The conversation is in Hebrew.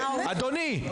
אדוני,